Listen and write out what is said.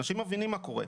אנשים מבינים מה קורה.